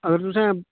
अगर तुसें